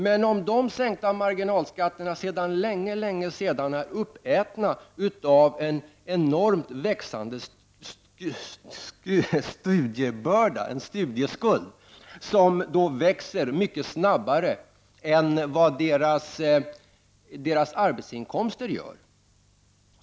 Men hur blir det om de sänkta marginalskatterna sedan länge är uppätna av en enormt växande studieskuld, en skuld som växer mycket snabbare än vad deras arbetsinkomster gör?